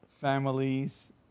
families